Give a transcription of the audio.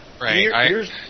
Right